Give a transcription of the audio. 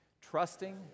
Trusting